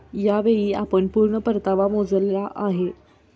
यावेळी आपण पूर्ण परतावा मोजला आहे का?